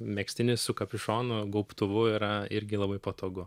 megztinis su kapišonu gobtuvu yra irgi labai patogu